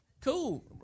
Cool